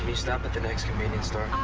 stop at the next convenience store?